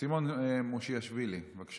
אדוני היושב-ראש, חברי הכנסת,